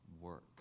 work